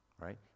Right